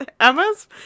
emma's